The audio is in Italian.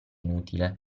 inutile